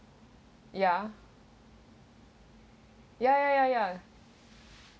ya ya ya ya ya